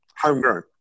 Homegrown